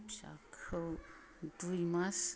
अमा फिसाखौ दुइ माच